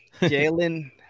Jalen